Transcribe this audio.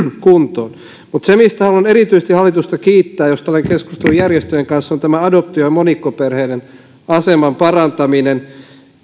kuntoon mutta se mistä haluan erityisesti hallitusta kiittää mistä olen keskustellut järjestöjen kanssa on tämä adoptio ja monikkoperheiden aseman parantaminen